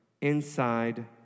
inside